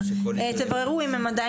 שפה עברית וכן הלאה.